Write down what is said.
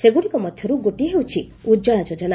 ସେଗୁଡ଼ିକ ମଧ୍ୟରୁ ଗୋଟିଏ ହେଉଛି ଉଜ୍ଜଳା ଯୋଜନା